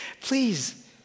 please